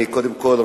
קודם כול,